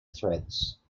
threads